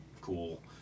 cool